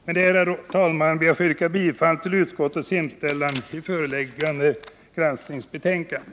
Med detta, herr talman, ber jag att få yrka bifall till utskottets hemställan i föreliggande granskningsbetänkande.